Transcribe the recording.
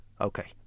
okay